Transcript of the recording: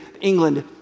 England